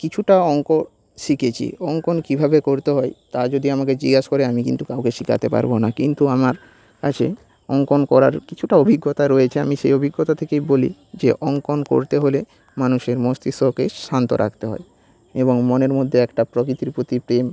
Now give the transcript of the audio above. কিছুটা অঙ্ক শিখেছি অঙ্কন কীভাবে করতে হয় তা যদি আমাকে জিজ্ঞাসা করে আমি কিন্তু কাউকে শেখাতে পারব না কিন্তু আমার কাছে অঙ্কন করার কিছুটা অভিজ্ঞতা রয়েছে আমি সেই অভিজ্ঞতা থেকেই বলি যে অঙ্কন করতে হলে মানুষের মস্তিষ্ককে শান্ত রাখতে হয় এবং মনের মধ্যে একটা প্রকৃতির প্রতি প্রেম